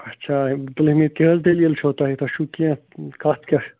اَچھا کیٛاہ حظ دٔلیٖل چھو تۄہہِ تۄہہِ چھُو کیٚنٛہہ کَتھ کیٛاہ